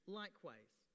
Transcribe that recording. likewise